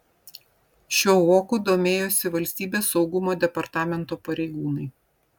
šiuo voku domėjosi valstybės saugumo departamento pareigūnai